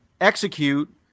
execute